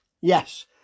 Yes